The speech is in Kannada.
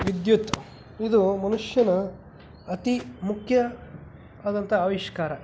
ವಿದ್ಯುತ್ ಇದು ಮನುಷ್ಯನ ಅತೀ ಮುಖ್ಯ ಆದಂಥ ಆವಿಷ್ಕಾರ